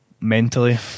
mentally